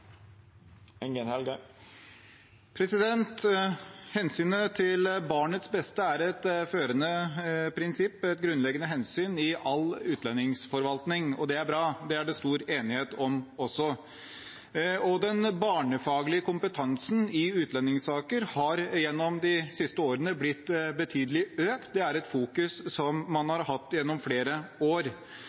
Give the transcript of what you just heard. Arbeidarpartiet. Hensynet til barnets beste er et førende prinsipp og et grunnleggende hensyn i all utlendingsforvaltning. Det er bra. Det er det også stor enighet om. Den barnefaglige kompetansen i utlendingssaker har gjennom de siste årene blitt betydelig økt. Det har det vært fokusert på gjennom flere år.